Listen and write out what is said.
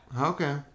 Okay